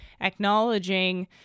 acknowledging